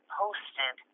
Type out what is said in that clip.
posted